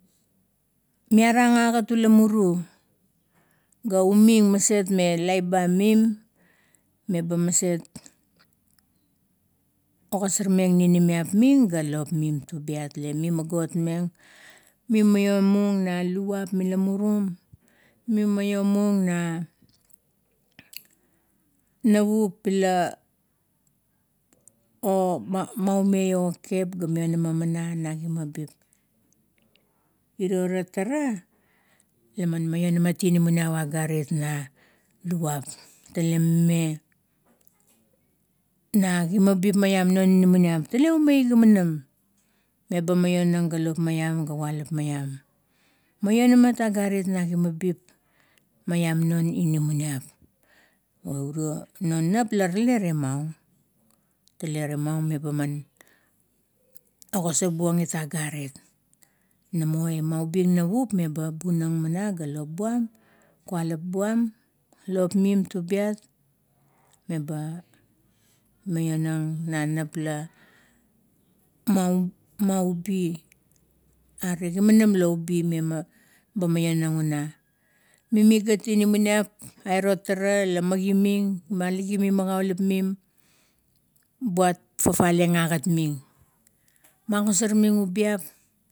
Miarang agat ula muru, ga uming maset me laip ba mim leba maset ogarsarmeng ninimiap ming ga lop mim tubiat, ga mimagotmeng, memalomung na luvap mila murum mi maioming na naup la o mai o kepkep ga maionama mana na kimabip. Irio ra tara la man mionamat inamanip agarit na luvap. Tale mime na kimabip maiam non inamanip, tale oumeai kinamam. Meba maionang ga lop maiom ga kualap maiam, mionamat agarit na gimabip, maiam non inamanip. Iou, irio non nap la rale temaung. Tale temaong me ba man ogasar buong it agarit. Na mo maubin naup meba bunam mana ga lop buam, kualap buam, lop mim tubiat, meba maionang na map la mau, maubi. Are kimanam la obi me maun, ba maionang una. Mimi gat inamanip airo tara la magiming, malagiming malagaulap mim, buat fafale ang agat ming, magosar ming ubiap.